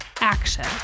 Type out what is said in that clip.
action